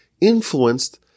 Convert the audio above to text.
influenced